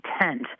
intent